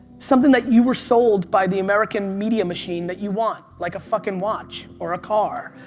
something that you were sold by the american media machine that you want, like a fucking watch, or a car.